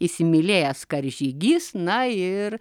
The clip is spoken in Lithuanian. įsimylėjęs karžygys na ir